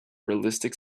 realistic